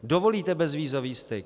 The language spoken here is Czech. Dovolíte bezvízový styk?